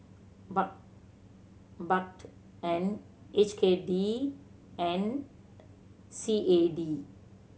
Baht Baht and H K D and C A D